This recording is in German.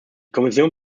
kommission